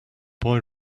boy